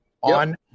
on